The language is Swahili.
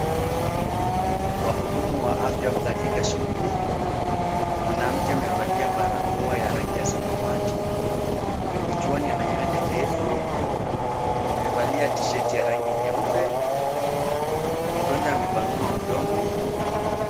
Wahudumu wa afya wako katika shughuli. Mwanamke amevalia barakoa ya rangi ya samawati, kichwani ana nywele ndefu ,amevalia tisheti ya rangi nyeupe mgonjwa amepanua mdomo.